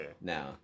Now